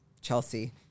Chelsea